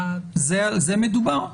על זה מדובר?